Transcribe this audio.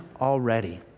already